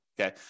okay